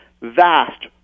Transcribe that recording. vast